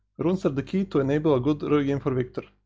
runes are the key to enable a good early game for viktor.